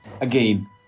again